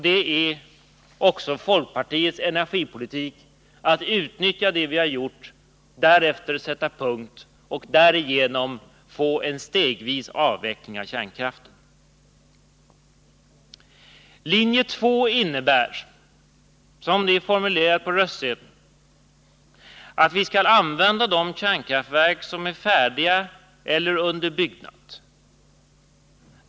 Det är också folkpartiets energipolitik att utnyttja det vi har gjort, därefter sätta punkt och därigenom få en stegvis avveckling av kärnkraften. Linje 2 innebär att vi skall använda de kärnkraftverk som är färdiga eller under byggnad.